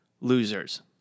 losers